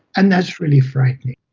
and that's really frightening.